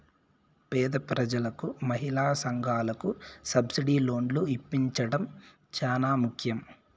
పేద ప్రజలకు మహిళా సంఘాలకు సబ్సిడీ లోన్లు ఇప్పించడం చానా ముఖ్యం